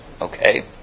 okay